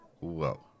Whoa